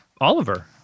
Oliver